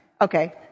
Okay